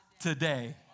today